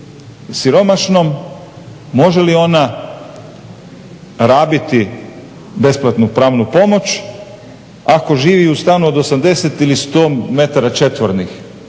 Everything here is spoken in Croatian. siromašnom, može li ona rabiti besplatnu pravnu pomoć ako živi u stanu od 80 ili 100 metara četvornih?